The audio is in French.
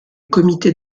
comité